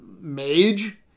mage